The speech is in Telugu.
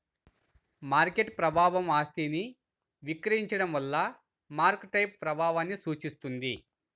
మార్కెట్ ప్రభావం ఆస్తిని విక్రయించడం వల్ల మార్కెట్పై ప్రభావాన్ని సూచిస్తుంది